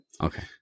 Okay